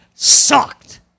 sucked